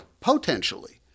potentially